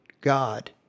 god